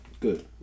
Good